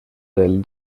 del